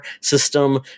system